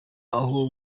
aho